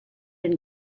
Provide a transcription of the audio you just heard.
den